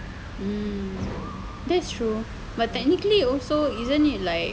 that's true but technically also isn't it like